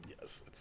Yes